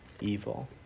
evil